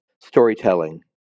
storytelling